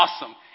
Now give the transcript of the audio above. awesome